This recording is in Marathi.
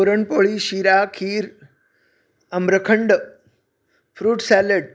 पुरणपोळी शिरा खीर अम्रखंड फ्रूट सॅलड